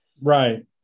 Right